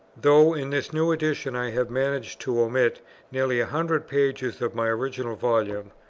though in this new edition i have managed to omit nearly a hundred pages of my original volume,